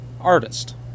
artist